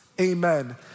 amen